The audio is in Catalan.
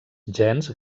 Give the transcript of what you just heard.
gens